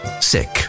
sick